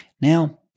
Now